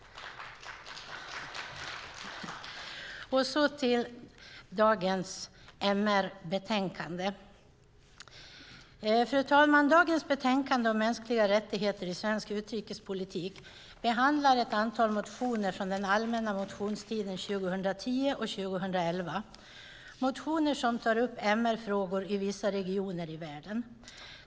Så till dagens MR-betänkande! Fru talman! Dagens betänkande om mänskliga rättigheter i svensk utrikespolitik behandlar ett antal motioner från de allmänna motionstiderna 2010 och 2011. Det är motioner som tar upp MR-frågor i vissa regioner i världen.